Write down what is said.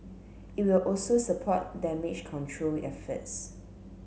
it will also support damage control efforts